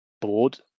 board